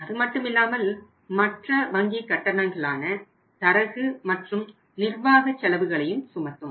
அது மட்டுமில்லாமல் மற்ற வங்கிக் கட்டணங்களான தரகு மற்றும் நிர்வாகச் செலவுகளையும் சுமத்தும்